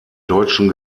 deutschen